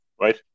right